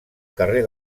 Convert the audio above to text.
carrer